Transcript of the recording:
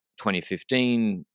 2015